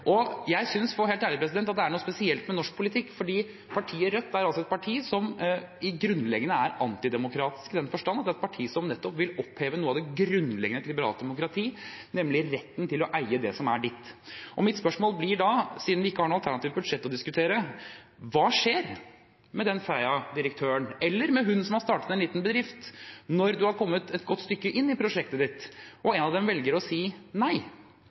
produserte. Jeg synes – for å være helt ærlig – at det er noe spesielt med norsk politikk, fordi partiet Rødt er et parti som i det grunnleggende er antidemokratisk, i den forstand at det er et parti som vil oppheve noe av det grunnleggende i et liberalt demokrati, nemlig retten til å eie det som er sitt. Og mitt spørsmål blir da, siden vi ikke har noe alternativt budsjett å diskutere: Hva skjer med Freia-direktøren eller med hun som har startet en liten bedrift, når representanten har kommet et godt stykke inn i prosjektet sitt og en av dem velger å si nei,